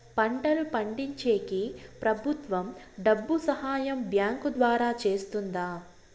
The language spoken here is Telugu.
పంటలు పండించేకి ప్రభుత్వం డబ్బు సహాయం బ్యాంకు ద్వారా చేస్తుందా?